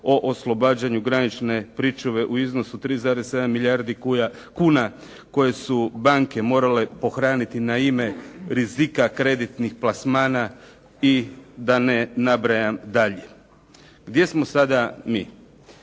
o oslobađanju granične pričuve u iznosu 3,7 milijardi kuna koje su banke morale pohraniti na ime rizika kreditnih plasmana i da ne nabrajam dalje. Gdje smo sada mi?